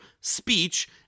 speech